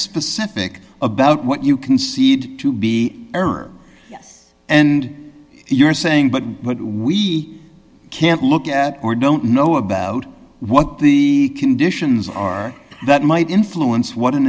specific about what you concede to be error and you're saying but we can't look at or don't know about what the conditions are that might influence what an